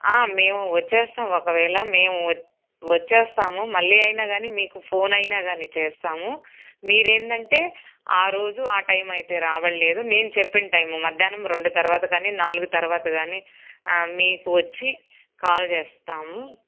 మేము వచ్చేస్తాము ఒకవేళ మేము వచ్చేస్తాము మళ్లీ అయిన కాని మీకు ఫోన్ అయిన కాని చేస్తాము మీరు ఏందంటే ఆరోజు ఆ టైం అయితే రావట్లేదు నేను చెప్పిన టైం మధ్యాహ్నం రెండు తర్వాత కాని నాలుగు తర్వాత కాని మీకు వచ్చి కాల్ చేస్తాము